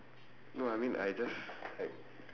no I mean I just like